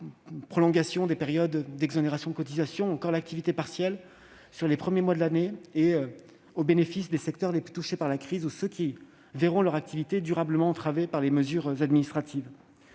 prolongation des périodes d'exonération de cotisations ou l'activité partielle sur les premiers mois de l'année, au bénéfice des secteurs les plus touchés par la crise ou de ceux qui verront leur activité durablement entravée par les mesures administratives.